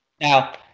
Now